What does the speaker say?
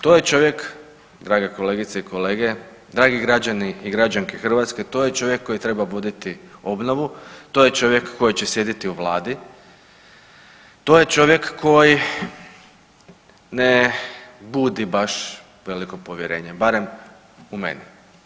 To je čovjek, drage kolegice i kolege, dragi građani i građanke Hrvatske to je čovjek koji treba voditi obnovu, to je čovjek koji će sjediti u vladi, to je čovjek koji ne budi baš veliko povjerenje barem u meni.